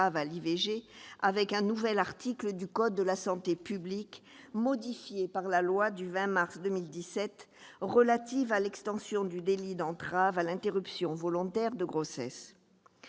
à l'IVG avec un nouvel article du code de la santé publique, modifié par la loi du 20 mars 2017 relative à l'extension du délit d'entrave à l'interruption volontaire de grossesse.